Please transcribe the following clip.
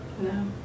No